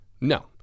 No